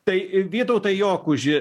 tai vytautai jokuži